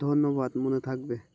ধন্যবাদ মনে থাকবে